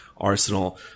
arsenal